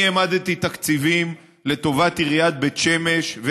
אני העמדתי תקציבים לטובת עיריית בית שמש,